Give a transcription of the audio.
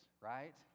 right